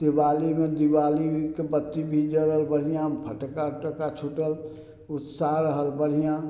दिबालीमे दिबालीके बत्ती भी जरल बढ़िआँ फटक्का उटक्का छूटल उत्साह रहल बढ़िआँ